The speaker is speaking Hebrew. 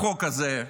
החוק הזה,